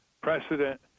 precedent